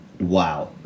wow